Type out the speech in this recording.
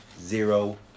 zero